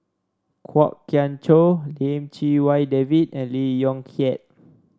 Kwok Kian Chow Lim Chee Wai David and Lee Yong Kiat